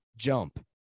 jump